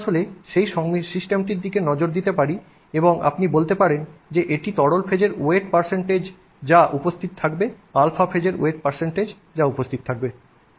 আমরা আসলে সেই সিস্টেমটির দিকে নজর দিতে পারি এবং আপনি বলতে পারেন যে এটি তরল ফেজের ওয়েট যা উপস্থিত থাকবে α ফেজের ওয়েট যা উপস্থিত হবে